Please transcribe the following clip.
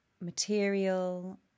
material